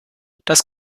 das